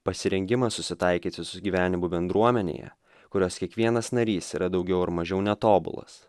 pasirengimas susitaikyti su gyvenimu bendruomenėje kurios kiekvienas narys yra daugiau ar mažiau netobulas